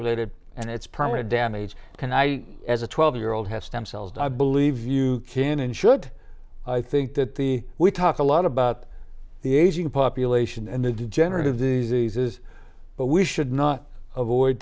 related and it's permanent damage can i as a twelve year old have stem cells i believe you can and should i think that the we talk a lot about the aging population and the degenerative diseases but we should not avoid